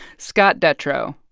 scott detrow,